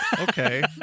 Okay